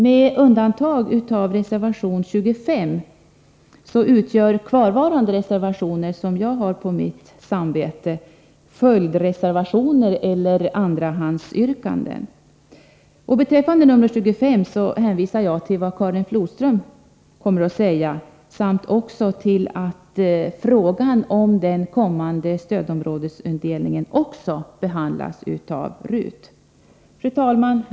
Med undantag av reservation nr 25 utgör kvarvarande reservationer som jag skulle kommentera följdreservationer eller andrahandsyrkanden. Beträffande reservation nr 25 hänvisar jag till Karin Flodströms anförande samt till att frågan om kommande stödområdesindelning behandlas av RUT. Fru talman!